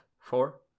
four